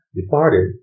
departed